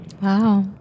Wow